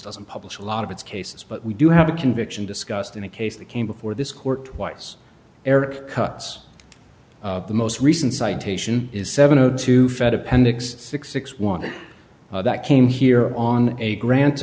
doesn't publish a lot of its cases but we do have a conviction discussed in a case that came before this court twice eric cuts the most recent citation is seven o two fed appendix six six one that came here on a grant